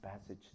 passage